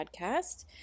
podcast